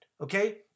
okay